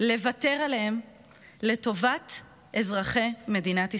לוותר עליהם לטובת אזרחי מדינת ישראל,